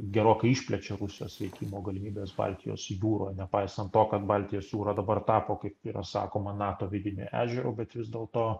gerokai išplečia rusijos veikimo galimybes baltijos jūroj nepaisant to kad baltijos jūra dabar tapo kaip yra sakoma nato vidiniu ežeru bet vis dėlto